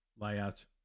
layout